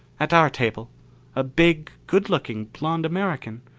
at our table a big, good-looking blond american.